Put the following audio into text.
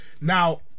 Now